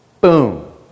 Boom